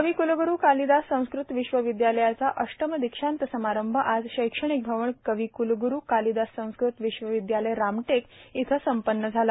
कविकुलगुरू कालिदास संस्कृत विश्वविद्यालयाचा अष्टम दीक्षांत समारंभ आज शैक्षणिक भवन कविकुलगुष कालिदास संस्कृत विश्वविद्यालय रामटेक इथं संपन्न झाला